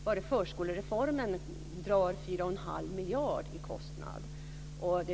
Bara förskolereformen drar 41⁄2 miljard i kostnader.